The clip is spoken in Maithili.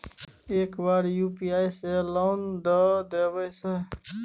एक बार यु.पी.आई से लोन द देवे सर?